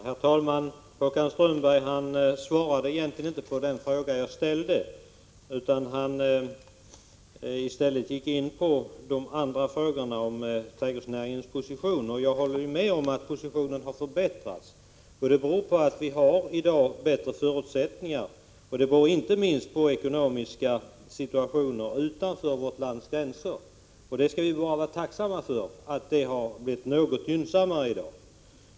Herr talman! Håkan Strömberg svarade egentligen inte på den fråga jag ställt. I stället gick han in på andra frågor som gällde trädgårdsnäringens position. Jag håller med om att denna har förbättrats. Vi har ju i dag bättre förutsättningar — inte minst beroende på den ekonomiska situationen utanför vårt lands gränser. Vi skall vara tacksamma för att läget är något gynnsammare i dag.